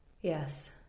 yes